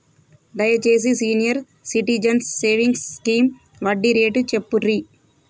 దయచేసి senior citizens savings scheme వడ్డీ rate చెప్పుర్రి